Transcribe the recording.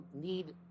need